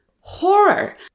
Horror